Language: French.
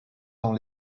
dans